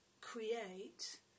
create